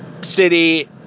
city